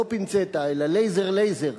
לא פינצטה, אלא לייזר-לייזר,